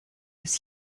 des